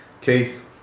Keith